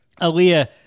Aaliyah